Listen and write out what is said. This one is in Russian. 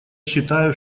считаю